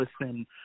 listen